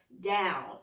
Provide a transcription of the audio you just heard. down